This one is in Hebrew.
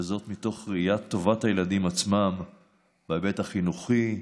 וזאת מתוך ראיית טובת הילדים עצמם בהיבט החינוכי,